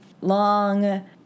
long